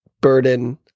burden